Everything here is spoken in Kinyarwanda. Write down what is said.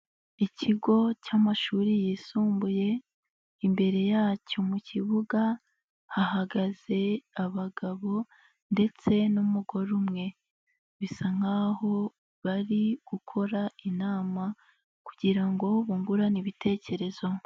Ikigo cy'amashuri yisumbuye, imbere yacyo mu kibuga hahagaze abagabo ndetse n'umugore umwe, bisa nkaho bari gukora inama kugira ngo bungurane ibitekerezo.